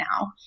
now